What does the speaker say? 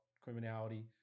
Criminality